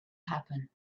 happen